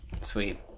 Sweet